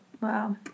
Wow